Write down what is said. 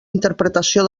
interpretació